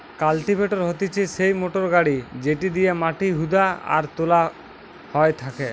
cultivator হতিছে সেই motor গাড়ি যেটি দিয়া মাটি হুদা আর তোলা হয় থাকে